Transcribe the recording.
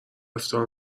افطار